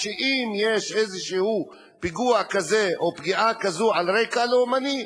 אם יש איזה פיגוע כזה או פגיעה כזאת על רקע לאומני,